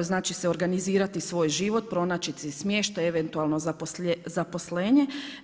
znači se organizirati svoj život, pronaći si smještaj, eventualno zaposlenje.